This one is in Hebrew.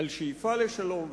על שאיפה לשלום,